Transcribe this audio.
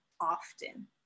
often